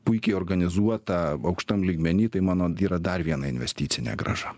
puikiai organizuota aukštam lygmeny tai mano yra dar vieną investicinė grąža